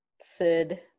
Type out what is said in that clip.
sid